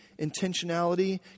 intentionality